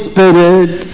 Spirit